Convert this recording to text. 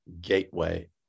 gateway